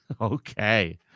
Okay